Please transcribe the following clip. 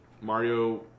Mario